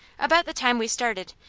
about the time we started,